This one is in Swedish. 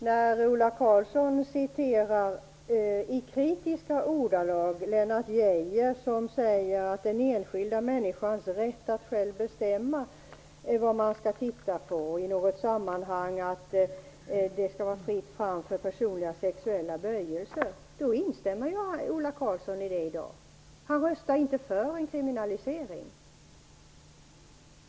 Där framgick att Lennart Geijer hade sagt att den enskilda människan har själv rätt att bestämma vad han skall titta på och att det är fritt fram för personliga sexuella böjelser. Ola Karlsson instämmer i det i dag. Han röstar inte för en kriminalisering.